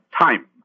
time